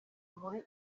muri